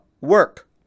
work